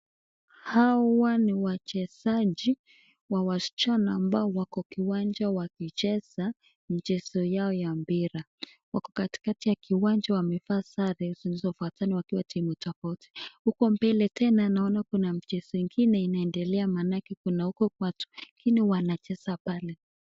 Hawa ni wachezaji wa waschana ambao wako kiwanja wakicheza michezi yao ya mpira. Wako katikati ya kiwanja wamevaa sare zilizofuatana wakiwa timu tofauti. Huko mbele tena naona kuna mchezo ingine indelea maanake kuna huko watu ingine wanacheza pale.